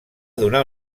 donar